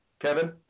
Kevin